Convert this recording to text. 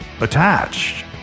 attached